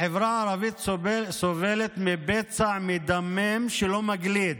החברה הערבית סובלת מפצע מדמם שלא מגליד.